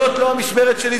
זאת לא המשמרת שלי,